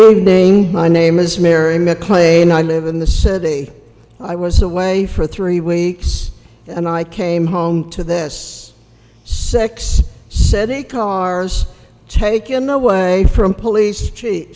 name my name is mary mcclain i live in the city i was away for three weeks and i came home to this sex settee cars taken away from police chief